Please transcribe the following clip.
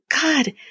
God